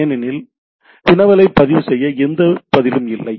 ஏனெனில் வினவலைப் பதிவுசெய்ய எந்த பதிலும் இல்லை